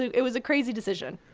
it was a crazy decision